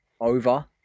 over